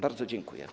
Bardzo dziękuję.